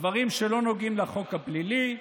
דברים שלא נוגעים לחוק הפלילי,